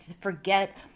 forget